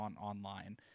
online